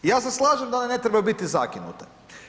I ja se slažem da one ne trebaju biti zakinute.